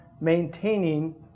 maintaining